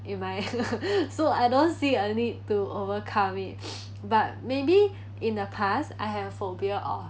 in my so I don't see I need to overcome it but maybe in the past I had a phobia of